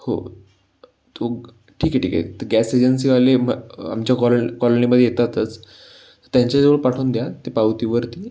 हो तो ठीक आहे ठीक आहे गॅस एजन्सीवाले म आमच्या कॉल कॉलनीमध्ये येतातच त्यांच्याजवळ पाठवून द्या ते पावतीवरती